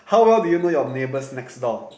how well do you know your neighbours next door